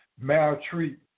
maltreat